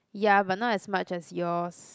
ya but not as much as yours